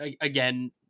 again